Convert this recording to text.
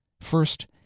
First